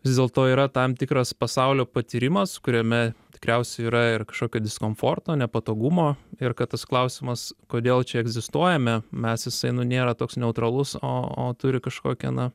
vis dėlto yra tam tikras pasaulio patyrimas kuriame tikriausiai yra ir kažkokio diskomforto nepatogumo ir kad tas klausimas kodėl čia egzistuojame mes jisai nėra toks neutralus o o turi kažkokią na